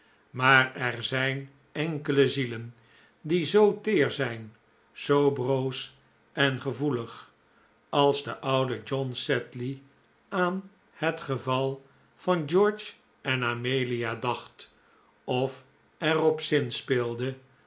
ar er zijn enkele zielen die zoo teer zijn zoo broos en gevoelig als de oude john sedley aan het gepal van george en amelia dacht of er op zinspeelde